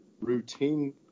routine